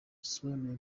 bisobanuye